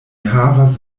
havas